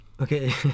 Okay